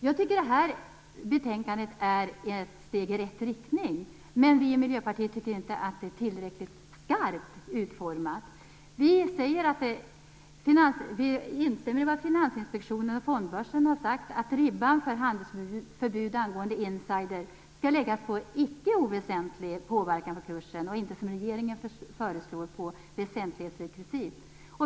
Jag tycker att det här betänkandet är ett steg i rätt riktning. Vi i Miljöpartiet tycker dock inte att det är tillräckligt skarpt utformat. Vi instämmer i vad Finansinspektionen och Fondbörsen har sagt, nämligen att ribban för handelsförbud angående insider skall läggas på icke oväsentlig påverkan på kursen och inte, som regeringen föreslår, på väsentlighetsrekvisit.